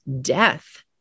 death